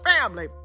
family